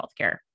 healthcare